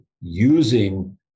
using